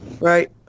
Right